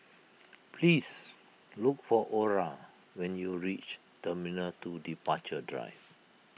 please look for Orra when you reach Terminal two Departure Drive